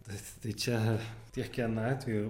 tas tai čia tiek n atvejų